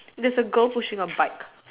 there's a girl pushing a bike